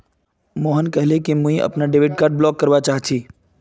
मोहन कहले कि मुई अपनार डेबिट कार्ड ब्लॉक करवा चाह छि